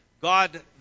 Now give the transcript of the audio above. God